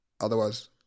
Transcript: Otherwise